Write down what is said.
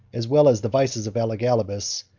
as well as the vices of elagabalus,